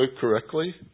correctly